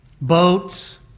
boats